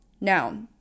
Now